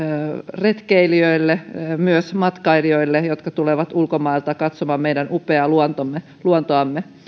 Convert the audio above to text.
retkeilijöille myös matkailijoille jotka tulevat ulkomailta katsomaan meidän upeaa luontoamme luontoamme